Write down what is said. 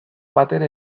batere